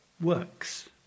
works